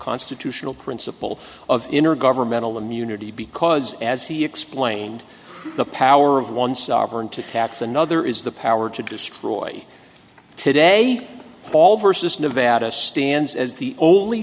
constitutional principle of intergovernmental immunity because as he explained the power of one sovereign to tax another is the power to destroy today all versus nevada stands as the only